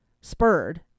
spurred